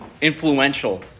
influential